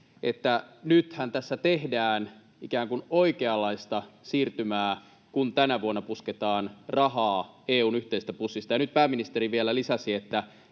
että nythän tässä tehdään ikään kuin oikeanlaista siirtymää, kun tänä vuonna pusketaan rahaa EU:n yhteisestä pussista, ja nyt pääministeri vielä lisäsi,